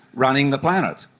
running the planet?